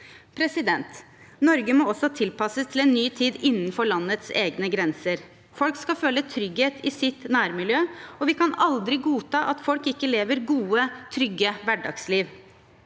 i 2024. Norge må også tilpasses en ny tid innenfor landets egne grenser. Folk skal føle trygghet i sitt nærmiljø, og vi kan aldri godta at folk ikke lever et godt, trygt hverdagsliv.